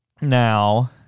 Now